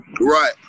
Right